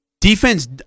Defense